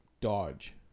Dodge